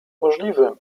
możliwym